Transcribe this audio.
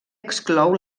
exclou